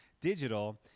digital